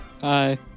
Hi